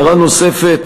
הערה נוספת.